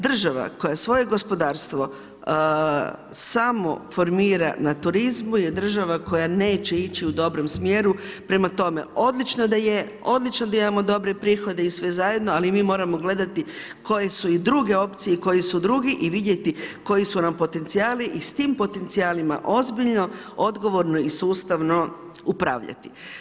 Država koje svoje gospodarstvo samo formira na turizmu, je država koja neće ići u dobrom smjeru, prema tome, odlično da je, odlično da imamo dobre prihode i sve zajedno, ali mi moramo gledati koje su i druge opcije, koje su i drugi i vidjeti koji su nam potencijali i s tim potencijalima ozbiljno, odgovorno i sustavno upravljati.